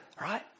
right